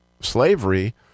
slavery